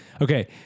Okay